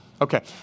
Okay